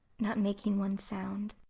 not making one sound.